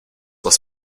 was